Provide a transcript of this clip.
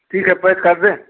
ठीक है पैक कर दें